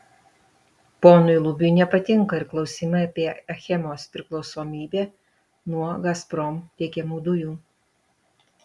ponui lubiui nepatinka ir klausimai apie achemos priklausomybę nuo gazprom tiekiamų dujų